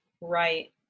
right